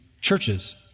churches